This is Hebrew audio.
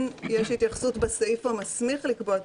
כן יש התייחסות בסעיף המסמיך לקבוע את